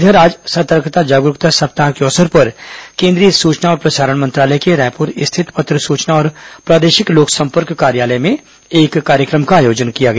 इधर आज सतर्कता जागरूकता सप्ताह के अवसर पर केन्द्रीय सूचना और प्रसारण मंत्रालय के रायपुर स्थित पत्र सूचना और प्रादेशिक लोक संपर्क कार्यालय में एक कार्य क्र म का आयोजन किया गया